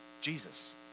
Jesus